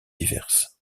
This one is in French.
diverses